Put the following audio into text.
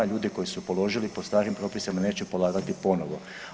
Ljudi koji su položili po starim propisima neće polagati ponovo.